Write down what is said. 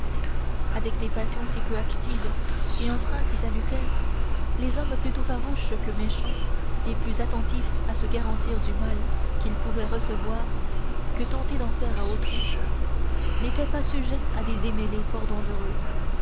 avec des passions si peu actives et un frein si salutaire les hommes plutôt farouches que méchants et plus attentifs à se garantir du mal qu'ils pouvaient recevoir que tentés d'en faire à autrui n'étaient pas sujets à des démêlés fort dangereux